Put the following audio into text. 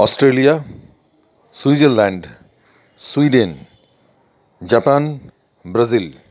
Australia Switzerland Sweden Japan Brasil